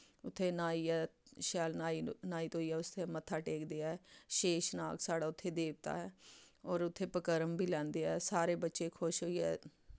उत्थै न्हाइयै शैल न्हाई धोइयै उत्थै मत्था टेकदे ऐ शेष नाग साढ़ा उत्थै देवता ऐ होर उत्थै पकरम बी लैंदे ऐ सारे बच्चे खुश होइयै